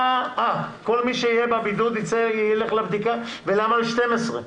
כל מי שבבידוד יילך לבדיקה, ולמה 12?